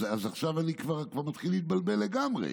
עכשיו אני כבר מתחיל להתבלבל לגמרי.